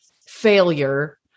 failure